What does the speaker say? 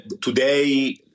today